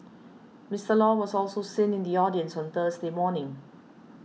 Mister Law was also seen in the audience on Thursday morning